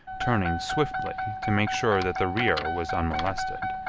turning swiftly to make sure that the rear was unmolested,